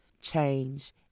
change